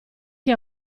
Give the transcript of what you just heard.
che